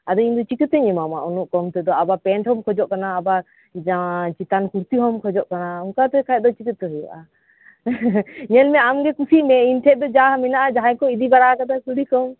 ᱟᱫᱚ ᱤᱧ ᱫᱚ ᱪᱤᱠᱟᱹᱛᱮᱧ ᱮᱢᱟᱢᱟ ᱩᱱᱟᱹᱜ ᱠᱚᱢ ᱛᱮᱫᱚ ᱟᱵᱟᱨ ᱯᱮᱸᱴ ᱦᱚᱸᱢ ᱠᱷᱚᱡᱚᱜ ᱠᱟᱱᱟ ᱟᱵᱟᱨ ᱡᱟ ᱪᱮᱛᱟᱱᱠᱩᱨᱛᱤ ᱦᱚᱸᱢ ᱠᱷᱚᱡᱚᱜ ᱠᱟᱱᱟ ᱚᱝᱠᱟᱛᱮ ᱠᱷᱟᱡ ᱫᱚ ᱪᱤᱠᱟᱹᱛᱮ ᱦᱩᱭᱩᱜᱼᱟ ᱧᱮᱞ ᱢᱮ ᱟᱢ ᱜᱮ ᱠᱩᱥᱤᱜ ᱢᱮ ᱤᱧ ᱴᱷᱮᱡ ᱫᱚ ᱡᱟ ᱢᱮᱱᱟᱜᱼᱟ ᱡᱟᱦᱟᱸᱭ ᱠᱚ ᱤᱫᱤ ᱵᱟᱲᱟᱣ ᱠᱟᱫᱟ ᱠᱩᱞᱤ ᱠᱚᱢ